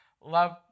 love